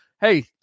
hey